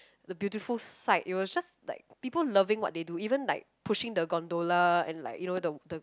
the beautiful sight it was just like people loving what they do even like pushing the gondola and like you know the the